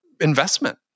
investment